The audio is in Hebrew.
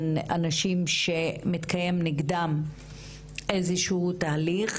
אנשים שמתקיים נגדם איזה שהוא תהליך